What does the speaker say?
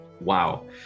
wow